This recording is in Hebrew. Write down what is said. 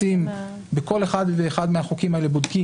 ובכל אחד ואחד מהחוקים האלה בודקים.